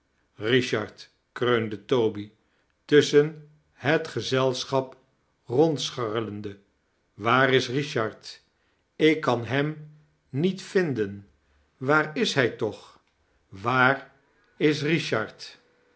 richard kreunde toby tusschen het gezelschap rondscharrelende waar is richard ik kan hem niet vindern waar is hij tooh waar is richard